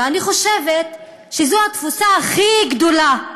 ואני חושבת שזו התבוסה הכי גדולה.